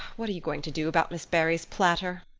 what are you going to do about miss barry's platter?